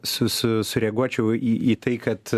su su sureaguočiau į į tai kad